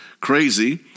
crazy